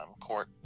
court